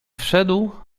wszedł